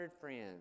friends